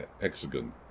hexagon